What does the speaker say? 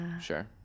Sure